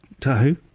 Tahu